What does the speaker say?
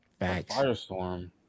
Firestorm